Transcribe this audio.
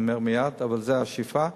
אבל זו השאיפה,